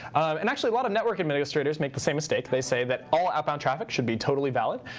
and actually, a lot of network administrators make the same mistake. they say that all outbound traffic should be totally valid.